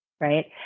right